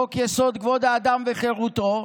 חוק-יסוד: כבוד האדם וחירותו,